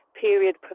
period